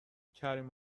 کریم